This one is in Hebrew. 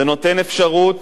זה נותן אפשרות